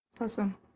Awesome